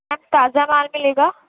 میم تازہ مال ملے گا